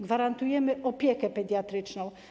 Gwarantujemy im opiekę pediatryczną.